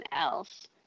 else